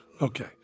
Okay